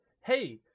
Hey